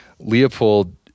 Leopold